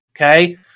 okay